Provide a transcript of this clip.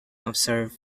observed